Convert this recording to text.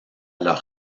leur